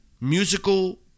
musical